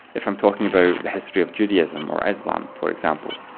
if i'm talking about the history of judaism or islam, for example.